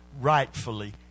rightfully